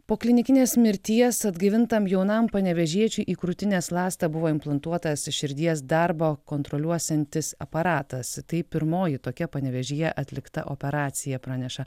po klinikinės mirties atgaivintam jaunam panevėžiečiui į krūtinės ląstą buvo implantuotas širdies darbą kontroliuosiantis aparatas tai pirmoji tokia panevėžyje atlikta operacija praneša